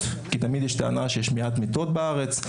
כי תמיד יש טענה שיש מעט מיטות בארץ.